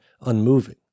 unmoving